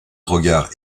regard